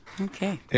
okay